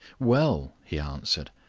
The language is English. well, he answered,